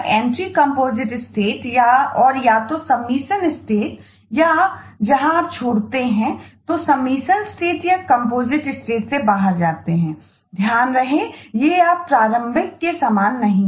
ध्यान रहे ये आप प्रारंभिक के समान नहीं हैं